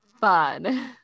fun